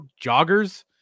Joggers